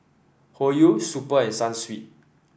Hoyu Super and Sunsweet